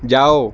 ਜਾਉ